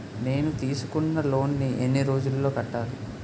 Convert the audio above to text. నేను తీసుకున్న లోన్ నీ ఎన్ని రోజుల్లో కట్టాలి?